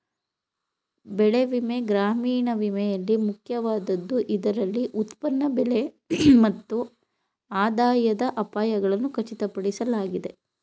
ಬೆಳೆ ವಿಮೆ ಗ್ರಾಮೀಣ ವಿಮೆಯಲ್ಲಿ ಮುಖ್ಯವಾದದ್ದು ಇದರಲ್ಲಿ ಉತ್ಪನ್ನ ಬೆಲೆ ಮತ್ತು ಆದಾಯದ ಅಪಾಯಗಳನ್ನು ಖಚಿತಪಡಿಸಲಾಗಿದೆ